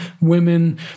women